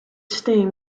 steam